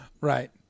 Right